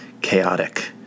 chaotic